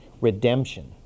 redemption